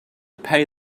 pay